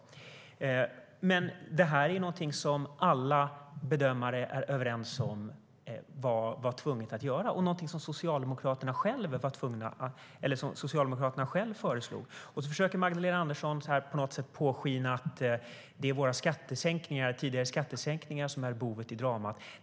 Det här är någonting som alla bedömare är överens om att vi var tvungna att göra och någonting som Socialdemokraterna själva föreslog. Magdalena Andersson försöker påskina att det är våra tidigare skattesänkningar som är boven i dramat.